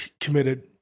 committed